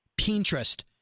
Pinterest